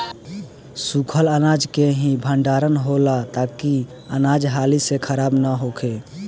सूखल अनाज के ही भण्डारण होला ताकि अनाज हाली से खराब न होखे